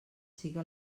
siga